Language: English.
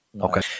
Okay